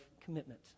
commitment